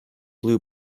blue